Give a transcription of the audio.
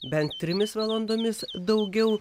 bent trimis valandomis daugiau